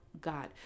god